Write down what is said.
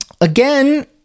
again